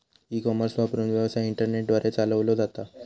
E commerce वापरून, व्यवसाय internet द्वारे चालवलो जाता